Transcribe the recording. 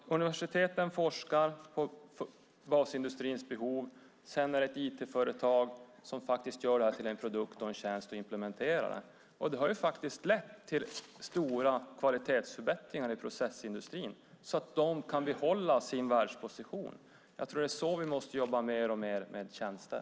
Universiteten forskar på basindustrins behov. Sedan är det ett IT-företag som gör det till en produkt och tjänst och implementerar det. Det har lett till kvalitetsförbättringar i processindustrin så att den kan behålla sin världsposition. Det är så vi måste jobba mer med tjänster.